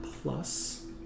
plus